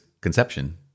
conception